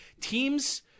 teams